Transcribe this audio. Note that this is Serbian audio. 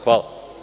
Hvala.